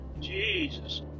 Jesus